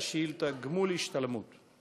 אני